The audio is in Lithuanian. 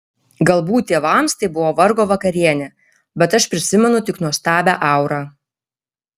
galbūt tėvams tai buvo vargo vakarienė bet aš prisimenu tik nuostabią aurą